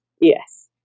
Yes